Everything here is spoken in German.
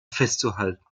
festzuhalten